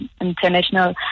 international